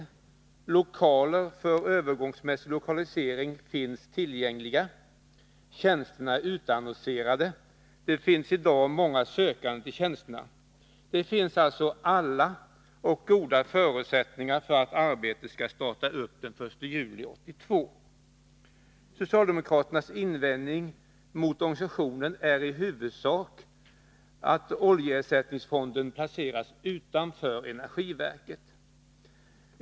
Lokaler för övergångsmässig lokalisering finns tillgängliga. Tjänster är utannonserade. Det finns i dag många sökande till tjänsterna. Det finns alltså alla och goda förutsättningar för att arbetet skall kunna starta upp den 1 juli 1982. Socialdemokraternas invändningar mot organisationen är i huvudsak att oljeersättningsfonden placeras utanför energiverket.